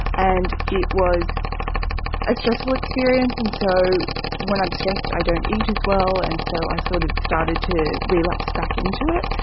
and it was a stressful experience. and so when i'm stressed i don't eat as well, and so i sort of started to relapse back into it.